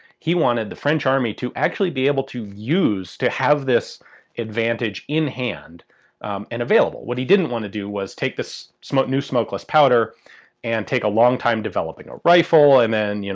he wanted the french army to actually be able to use. to have this advantage in hand and available. what he didn't want to do was take this new smokeless powder and take a long time developing a rifle, and then, you know,